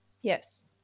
Yes